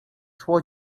szło